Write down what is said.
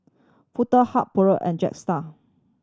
Foto Hub Poulet and Jetstar